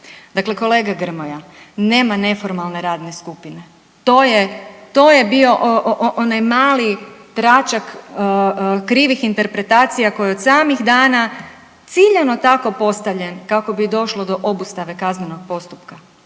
Dakle kolega Grmoja nema neformalne radne skupine, to je, to je bio onaj mali tračak krivih interpretacija koji od samih dana ciljano tako postavljen kako bi došlo do obustave kaznenog postupka.